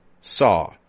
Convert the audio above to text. saw